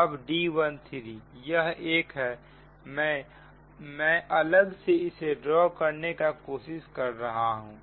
अब D13 यह 1 है मैं अलग से इसे ड्रा करने का कोशिश कर रहा हूं